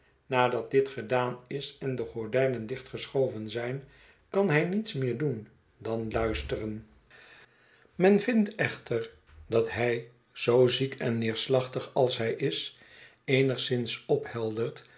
nadat dit gedaan is en de gordijnen dicht geschoven zijn kan hij niets meer doen dan luisteren men vindt echter dat hij zoo ziek en neerslachtig als hij is eenigszins opheldert